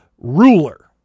ruler